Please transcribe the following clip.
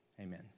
Amen